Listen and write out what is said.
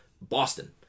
Boston